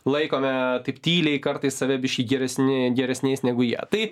laikome taip tyliai kartais save biškį geresni geresniais negu jie tai